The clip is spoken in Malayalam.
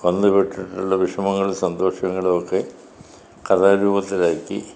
വന്നുപെട്ടിട്ടുള്ള വിഷമങ്ങളും സന്തോഷങ്ങളുമൊക്കെ കഥാരൂപത്തിലാക്കി